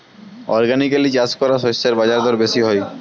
organically চাষ করা শস্যের বাজারদর বেশি হয়